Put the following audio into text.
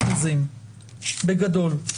בגדול.